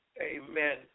Amen